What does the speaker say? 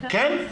כן?